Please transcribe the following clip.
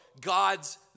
God's